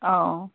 অ